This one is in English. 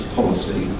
policy